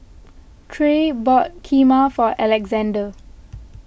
Tre bought Kheema for Alexzander